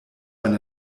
wenn